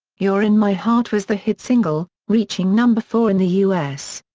you're in my heart was the hit single, reaching number four in the us.